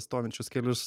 stovinčius kelius